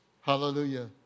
hallelujah